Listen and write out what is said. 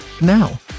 now